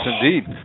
indeed